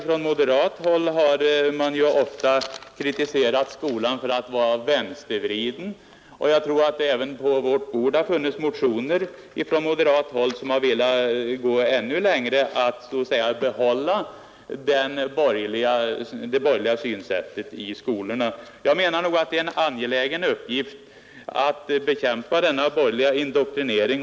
Från moderat håll har man ofta kritiserat skolan för att vara vänstervriden, och jag tror att det på riksdagens bord har funnits motioner från moderat hall som velat gå ännu längre och behålla det borgerliga synsättet i skolorna. Jag menar att det är en angelägen uppgift att bekämpa denna borgerliga indoktrinering.